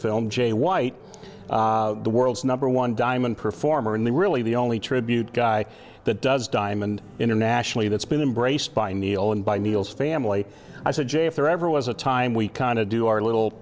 film jay white the world's number one diamond performer and the really the only tribute guy that does diamond internationally that's been embraced by neil and by meals family i said jay if there ever was a time we kind of do our little